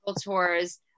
tours